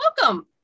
Welcome